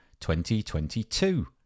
2022